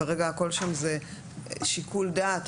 כרגע הכול שם זה שיקול דעת,